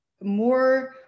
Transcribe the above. more